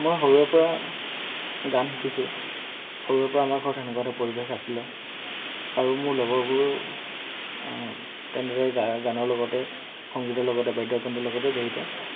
মই সৰুৰে পৰা গান শিকিছোঁ সৰুৰে পৰা আমাৰ ঘৰত তেনেকুৱা এটা পৰিৱেশ আছিলে আৰু মোৰ লগৰবোৰো তেনেদৰে গায়ৰ গানৰ লগতে সংগীতৰ লগতে বাদ্যযন্ত্ৰৰ লগতে জড়িত